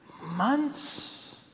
Months